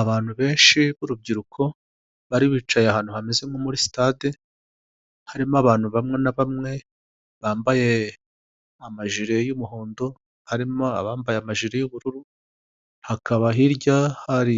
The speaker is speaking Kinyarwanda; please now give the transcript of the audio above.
Abantu benshi b'urubyiruko, bari bicaye ahantu hameze nko muri sitade, harimo abantu bamwe na bamwe bambaye amajire y'umuhondo, harimo abambaye amajiri y'ubururu hakaba hirya hari